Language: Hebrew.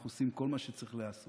אנחנו עושים כל מה שצריך להיעשות